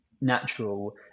natural